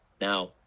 now